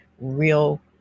real